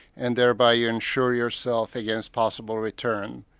and thereby insure yourself against possible return.